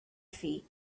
feet